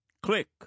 Click